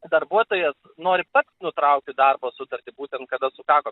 darbuotojas nori pats nutraukti darbo sutartį būtent kada sukako